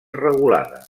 regulada